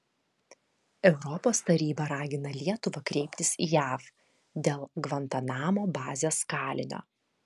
europos taryba ragina lietuvą kreiptis į jav dėl gvantanamo bazės kalinio